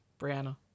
Brianna